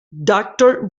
doctor